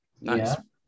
Nice